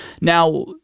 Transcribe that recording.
Now